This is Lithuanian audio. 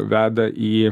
veda į